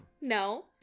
no